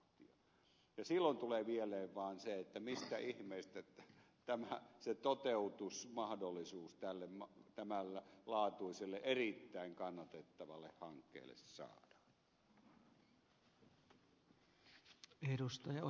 silloin tulee mieleen vaan se mistä ihmeestä se toteutusmahdollisuus tämän laatuiselle erittäin kannatettavalle hankkeelle saadaan